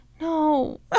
No